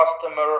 customer